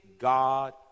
God